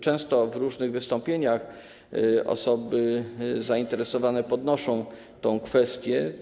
Często w różnych wystąpieniach osoby zainteresowane podnoszą tę kwestię.